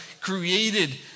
created